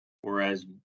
Whereas